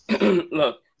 Look